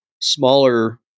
smaller